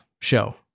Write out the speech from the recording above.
show